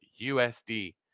usd